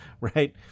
right